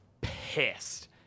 pissed